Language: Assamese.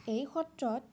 এই সত্ৰত